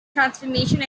transformation